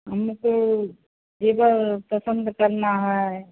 हमको जेवर पसन्द करना है